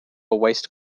waste